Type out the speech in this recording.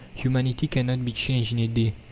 humanity cannot be changed in a day,